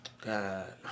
god